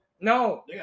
No